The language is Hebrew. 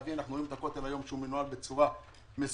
אנחנו רואים שהיום הכותל מנוהל בצורה מסודרת.